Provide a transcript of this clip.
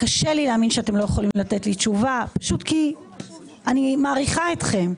קשה לי להאמין שאתם לא יכולים לתת לי תשובה פשוט כי אני מעריכה אתכם.